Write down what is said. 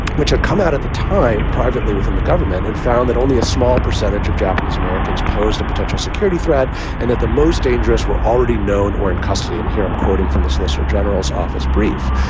which had come out at the time privately within the government and found that only a small percentage of japanese americans posed a potential security threat and that the most dangerous were already known or in custody. and here i'm quoting from the solicitor general's office brief.